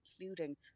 including